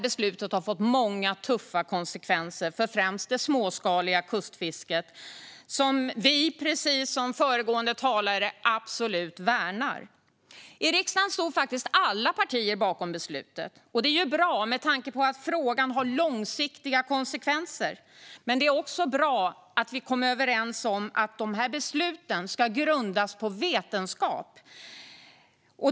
Beslutet har fått många tuffa konsekvenser för främst det småskaliga kustfisket, som vi moderater precis som föregående talare absolut värnar. I riksdagen stod alla partier bakom beslutet. Det är bra med tanke på att frågan har långsiktiga konsekvenser. Men det är också bra att vi är överens om att besluten ska grundas på vetenskap.